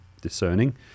discerning